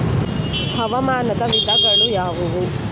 ಹವಾಮಾನದ ವಿಧಗಳು ಯಾವುವು?